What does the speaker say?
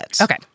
Okay